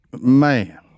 man